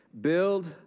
build